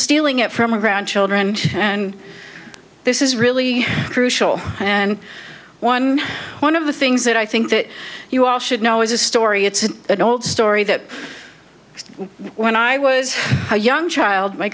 stealing it from around children and this is really crucial and one one of the things that i think that you all should know is a story it's an old story that when i was a young child my